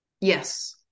Yes